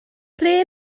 ble